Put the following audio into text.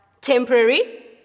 temporary